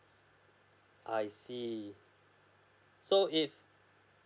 I see so if